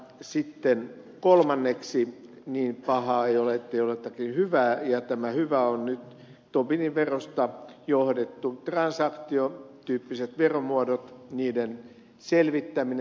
sitten kolmanneksi niin pahaa ei ole ettei ole jotakin hyvää ja tämä hyvä on nyt tobinin verosta johdetut transaktiotyyppiset veromuodot niiden selvittäminen